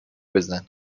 بزن